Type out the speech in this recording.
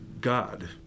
God